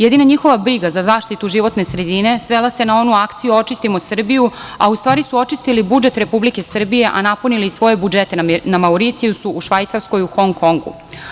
Jedina njihova briga za zaštitu životne sredine, svela se na onu akciju – Očistimo Srbiju, a ustvari su očistili budžet Republike Srbije, a napunili svoje budžete na Mauricijusu, u Švajcarskoj, u Hong Kongu.